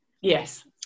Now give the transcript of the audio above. yes